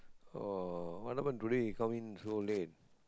uh what happen today you come in so late